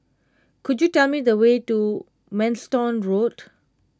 could you tell me the way to Manston Road